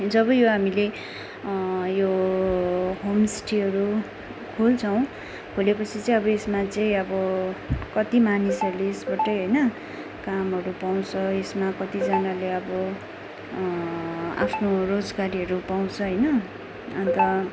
जब यो हामीले यो होमस्टेहरू खोल्छौँ खोलेपछि चाहिँ अब यसमा चाहिँ अब कति मानिसहरूले यसबाटै होइन कामहरू पाउँछ यसमा कतिजनाले अब आफ्नो रोजगारीहरू पाउँछ होइन अन्त